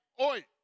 oi